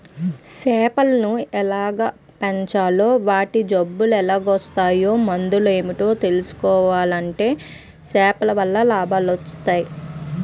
సేపలను ఎలాగ పెంచాలో వాటి జబ్బులెలాగోస్తాయో మందులేటో తెలుసుకుంటే సేపలవల్ల లాభాలొస్టయి